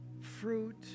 fruit